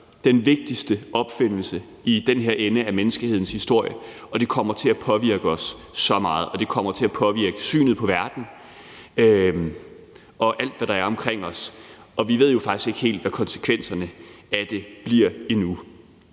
den vigtigste opfindelse i den her ende af menneskehedens historie, og det kommer til at påvirke os så meget, og det kommer til at påvirke synet på verden og alt, hvad der er omkring os, og vi ved jo faktisk endnu ikke helt, hvad konsekvenserne af det bliver.